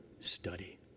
study